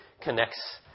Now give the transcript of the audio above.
connects